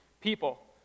people